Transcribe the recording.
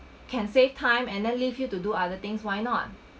can save time and then leave you to do other things why not